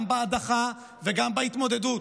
גם בהדחה וגם בהתמודדות,